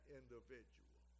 individual